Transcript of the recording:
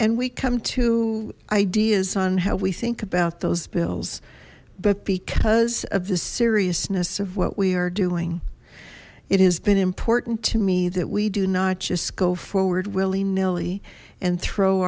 and we come to ideas on how we think about those bills but because of the seriousness of what we are doing it has been important to me that we do not just go forward willy nilly and throw